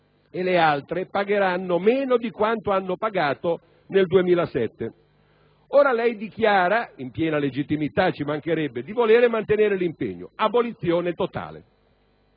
e le altre pagheranno meno di quanto hanno pagato nel 2007. Lei dichiara - in piena legittimità, ci mancherebbe - di voler mantenere l'impegno: abolizione totale.